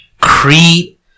Crete